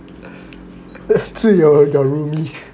自由 your roomie